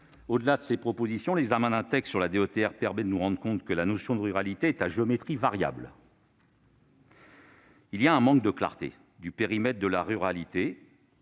Au-delà de ces propositions, l'examen d'un texte relatif à la DETR permet de nous rendre compte que la notion de ruralité est à géométrie variable. En raison du manque de clarté du périmètre de la ruralité,